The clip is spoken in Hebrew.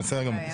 בסדר גמור.